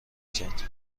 کرد